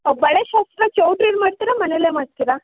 ಒಹ್ ಬಳೆ ಶಾಸ್ತ್ರ ಚೌಲ್ಟ್ರೀಲಿ ಮಾಡ್ತೀರಾ ಮನೆಯಲ್ಲೇ ಮಾಡ್ತೀರಾ